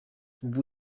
ubu